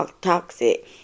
toxic